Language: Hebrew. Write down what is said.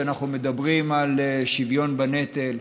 כשאנחנו מדברים על שוויון בנטל.